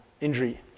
injury